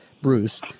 Bruce